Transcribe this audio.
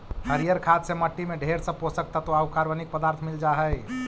हरियर खाद से मट्टी में ढेर सब पोषक तत्व आउ कार्बनिक पदार्थ मिल जा हई